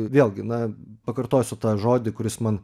vėlgi na pakartosiu tą žodį kuris man